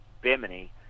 Bimini